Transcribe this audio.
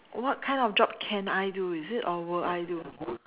what kind of job can I do is it or will I do